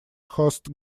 host